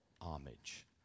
homage